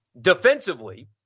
defensively